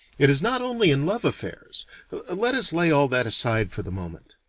it is not only in love affairs let us lay all that aside for the moment.